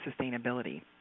sustainability